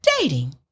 dating